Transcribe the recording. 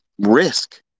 risk